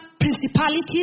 principalities